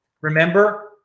Remember